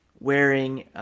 wearing